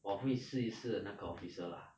我会试一试那个 officer lah